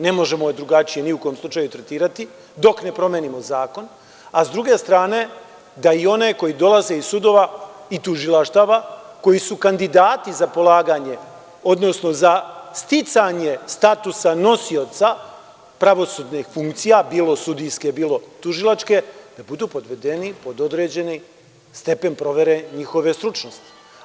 Ne možemo drugačije ni u kom slučaju tretirati, dok ne promenimo zakon, a sa druge strane da i one koji dolaze iz sudova i tužilaštava, koji su kandidati za polaganje, odnosno za sticanje statusa nosioca pravosudnih funkcija, bilo sudijske, bilo tužilačke, da budu podvedeni pod određeni stepen njihove stručnosti.